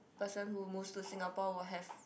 person who move to Singapore will have